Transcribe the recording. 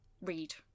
read